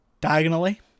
diagonally